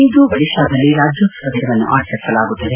ಇಂದು ಒಡಿತಾದಲ್ಲಿ ರಾಜ್ಜೋತ್ಸವ ದಿನವನ್ನು ಆಚರಿಸಲಾಗುತ್ತಿದೆ